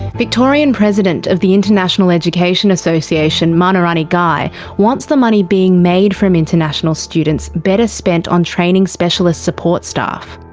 victorian president of the international education association manorani guy wants the money being made from international students better spent on training specialist support staff.